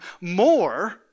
more